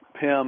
Pim